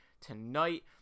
tonight